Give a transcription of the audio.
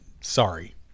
sorry